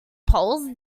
polls